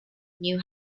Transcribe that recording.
new